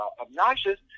obnoxious